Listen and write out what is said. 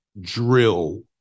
drill